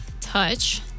Touch